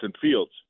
Fields